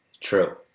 True